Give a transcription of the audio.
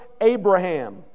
Abraham